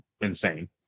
insane